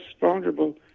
vulnerable